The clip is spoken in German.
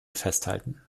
festhalten